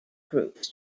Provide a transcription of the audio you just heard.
groups